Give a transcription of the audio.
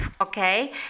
okay